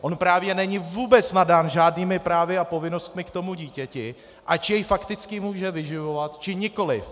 On právě není vůbec nadán žádnými právy a povinnostmi k tomu dítěti, ač jej fakticky může vyživovat, či nikoliv.